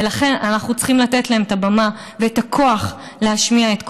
ולכן אנחנו צריכים לתת להן את הבמה ואת הכוח להשמיע את קולן.